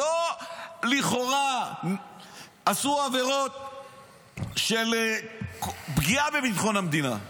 לא שלכאורה עשו עבירות של פגיעה בביטחון המדינה.